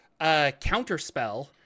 counterspell